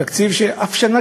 תקציב שאף שנה,